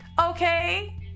Okay